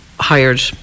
hired